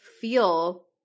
feel